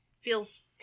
feels